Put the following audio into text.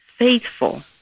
faithful